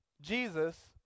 Jesus